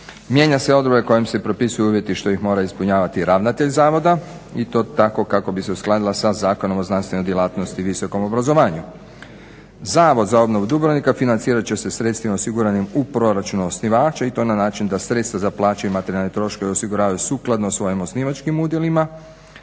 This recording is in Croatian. Mijenja se i odredba kojom se propisuju uvjeti što ih mora ispunjavati ravnatelj zavoda i to tako kako bi se uskladila sa Zakonom o znanstvenoj djelatnosti i visokom obrazovanju. Zavod za obnovu Dubrovnika financirat će se sredstvima osiguranim u proračunu osnivača i to na način da sredstva za plaće i materijalne troškove osiguravaju sukladno svojim osnivačkim udjelima,